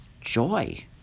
joy